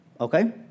Okay